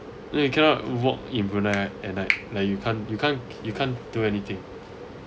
there you cannot walk in brunei right and like like you can't you can't you can't do anything